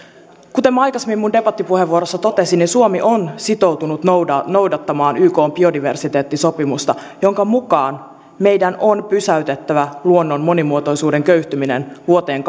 kuten aikaisemmin debattipuheenvuorossani totesin suomi on sitoutunut noudattamaan ykn biodiversiteettisopimusta jonka mukaan meidän on pysäytettävä luonnon monimuotoisuuden köyhtyminen vuoteen